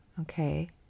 Okay